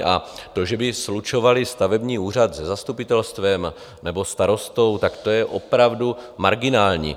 A to, že by slučovali stavební úřad se zastupitelstvem nebo starostou, to je opravdu marginální.